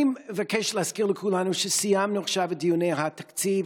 אני מבקש להזכיר לכולנו שסיימנו עכשיו את דיוני התקציב,